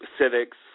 civics